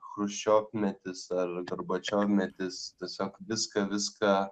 chruščiovmetis ar garbačiovmetis tiesiog viską viską